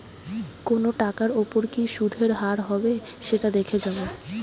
কোনো টাকার ওপর কি সুধের হার হবে সেটা দেখে যাওয়া